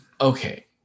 Okay